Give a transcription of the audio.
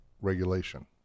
regulation